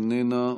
איננה.